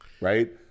right